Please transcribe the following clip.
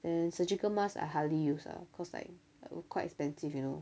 then surgical mask I hardly use ah cause like quite expensive you know